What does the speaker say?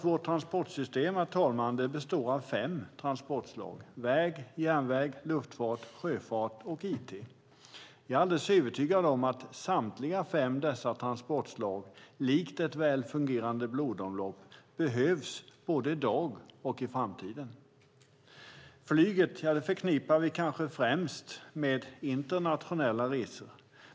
Vårt transportsystem, herr talman, består nämligen av fem transportslag: väg, järnväg, luftfart, sjöfart och it. Jag är alldeles övertygad om att samtliga dessa fem transportslag likt ett väl fungerande blodomlopp behövs både i dag och i framtiden. Flyget förknippar vi kanske främst med internationella resor.